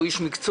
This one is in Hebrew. הוא איש מקצוע,